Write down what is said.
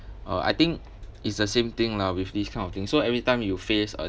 uh I think it's the same thing lah with this kind of thing so every time you face uh